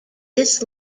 this